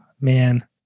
man